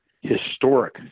historic